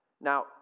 Now